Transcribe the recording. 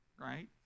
right